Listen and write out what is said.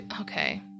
okay